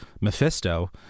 Mephisto